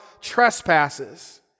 trespasses